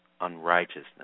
unrighteousness